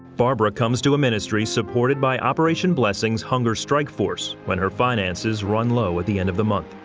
barbara comes to a ministry supported by operation blessing's hunger strike force when her finances run low at the end of the month.